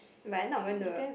but I'm not going to